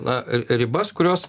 na ribas kurios